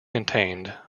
contained